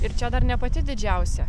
ir čia dar ne pati didžiausia